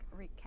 recap